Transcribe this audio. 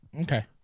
Okay